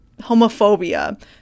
homophobia